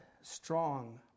strong